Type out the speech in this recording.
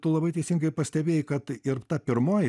tu labai teisingai pastebėjai kad ir ta pirmoji